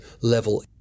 level